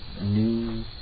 new